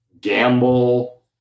gamble